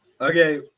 okay